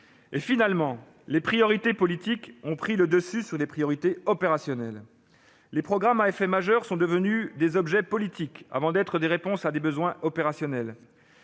ne l'est. Et les priorités politiques ont fini par prendre le pas sur les priorités opérationnelles. Les programmes à effet majeur sont devenus des objets politiques avant d'être des réponses à des besoins opérationnels.